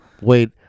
Wait